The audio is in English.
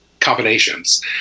combinations